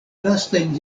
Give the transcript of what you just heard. lastajn